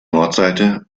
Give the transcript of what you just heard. nordseite